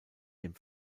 dem